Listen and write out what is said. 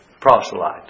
proselyte